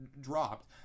dropped